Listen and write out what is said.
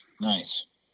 Nice